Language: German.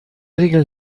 regeln